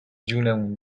جونمون